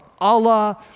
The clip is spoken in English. Allah